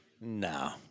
No